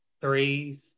three